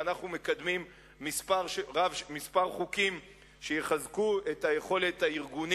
ואנחנו מקדמים כמה חוקים שיחזקו את יכולת הארגונים